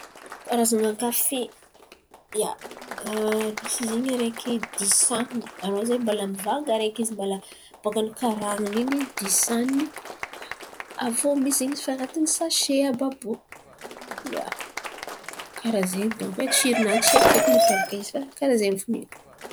Karazan̈a kafe! Ia, misy zen̈y araiky disan̈iny anô zen̈y mbala mivanga araiky izy mbala baka nikaran̈iny in̈y disan̈iny. Aviô misy zen̈y izy fa an̈atiny sase àby àby io karà zen̈y donko e tsiro-nany tsy haiko feky mampiavaka izy fa karà zen̈y fo ny haiko.